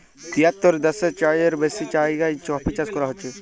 তিয়াত্তর দ্যাশের চাইয়েও বেশি জায়গায় কফি চাষ ক্যরা হছে